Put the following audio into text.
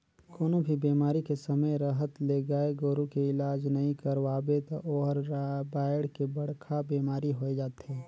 कोनों भी बेमारी के समे रहत ले गाय गोरु के इलाज नइ करवाबे त ओहर बायढ़ के बड़खा बेमारी होय जाथे